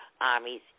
armies